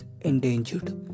endangered